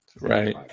Right